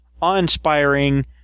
awe-inspiring